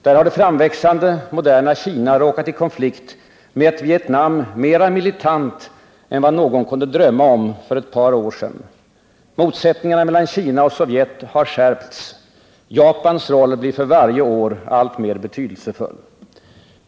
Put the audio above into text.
Där har det framväxande moderna Kina råkat i konflikt med ett Vietnam mera militant än vad någon kunde drömma om för ett par år sedan. Motsättningarna mellan Kina och Sovjet har skärpts. Japans roll blir för varje år alltmer betydelsefull.